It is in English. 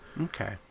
Okay